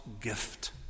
gift